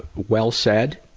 well said,